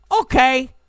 Okay